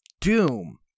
Doom